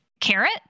Carrot